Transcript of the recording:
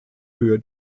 höhe